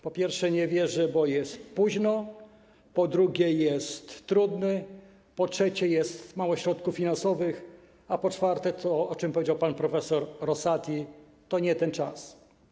Nie wierzę, bo, po pierwsze, jest późno, po drugie, jest trudny, po trzecie, jest mało środków finansowych, a po czwarte, o czym powiedział pan prof. Rosati, to nie ten czas.